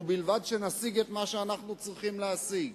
ובלבד שנשיג את מה שאנחנו צריכים להשיג.